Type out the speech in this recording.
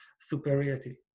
superiority